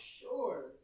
sure